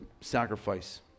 sacrifice